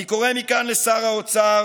אני קורא מכאן לשר האוצר